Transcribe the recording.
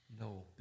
no